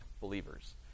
believers